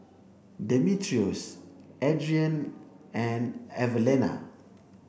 Demetrios Adrienne and Evelena